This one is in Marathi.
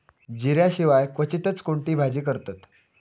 जिऱ्या शिवाय क्वचितच कोणती भाजी करतत